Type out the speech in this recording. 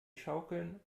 schaukeln